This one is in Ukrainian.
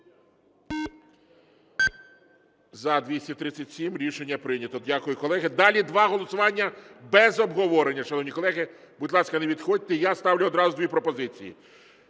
За-237 Рішення прийнято. Дякую, колеги. Далі два голосування без обговорення. Шановні колеги, будь ласка, не відходьте, я ставлю одразу дві пропозиції.